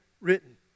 written